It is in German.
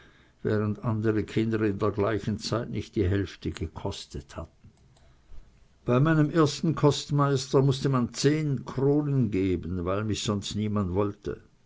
während andere kinder in der gleichen zeit nicht die hälfte gekostet hatten bei meinem ersten kostmeister mußte man zehn kronen geben weil mich sonst niemand wollte